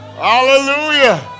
Hallelujah